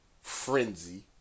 frenzy